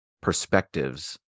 perspectives